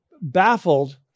baffled